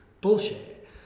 Bullshit